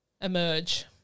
emerge